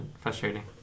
frustrating